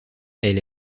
elle